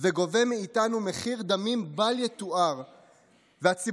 וגובה מאיתנו מחיר דמים בל יתואר והציבור